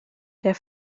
der